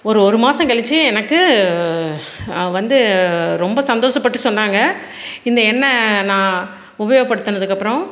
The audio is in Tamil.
ஒரு ஒரு மாசம் கழித்து எனக்கு வந்து ரொம்ப சந்தோஷப்பட்டு சொன்னாங்க இந்த எண்ணெய் நான் உபயோகப்படுத்துனதுக்கப்புறம்